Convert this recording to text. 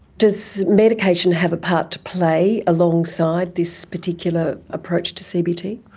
does medication have a part to play alongside this particular approach to cbt?